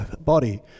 body